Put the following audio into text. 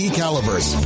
calibers